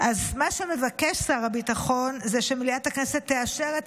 מה שמבקש שר הביטחון זה שמליאת הכנסת תאשר את